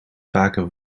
vaker